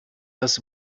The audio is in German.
das